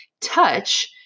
touch